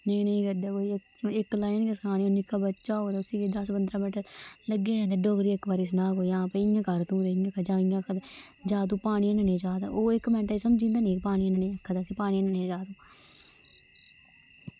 नेईं तां इक लाइन गै सनानी चाहो तां बच्चा होग तां उस्सी कोई दस्स पंद्रहां मिंट ते डोगरी इक बारी सनाग कोई कि भई तूं इं'या कर जां इं'या कर जां पानी पीने गी जा तूं ते ओह् इक मिंट गै समझी जंदा कि असें पानी पीने गी जाना ऐ